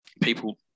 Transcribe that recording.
people